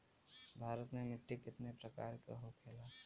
भारत में मिट्टी कितने प्रकार का होखे ला?